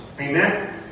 Amen